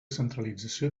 centralització